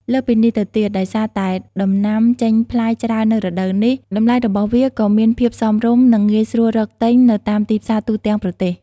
លើសពីនេះទៅទៀត ដោយសារតែដំណាំចេញផ្លែច្រើននៅរដូវនេះ តម្លៃរបស់វាក៏មានភាពសមរម្យ និងងាយស្រួលរកទិញនៅតាមទីផ្សារទូទាំងប្រទេស។